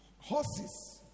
horses